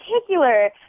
particular